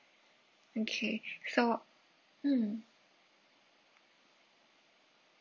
okay so mm